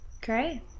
Great